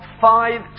five